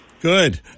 Good